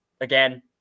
Again